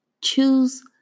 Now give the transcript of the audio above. Choose